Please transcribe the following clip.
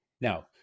Now